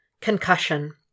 Concussion